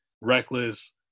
reckless